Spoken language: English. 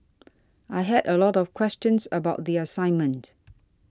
I had a lot of questions about the assignment